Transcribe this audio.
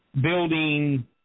building